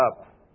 up